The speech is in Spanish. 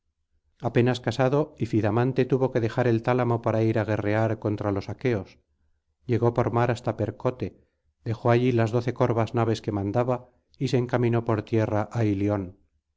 apenas casado ifidamante tuvo que dejar el tálamo para ir á guerrear contra los aqueos llegó por mar hasta percote dejó allí las doce corvas naves que mandaba y se encaminó por tierra á ilion